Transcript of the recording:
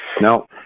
No